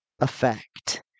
effect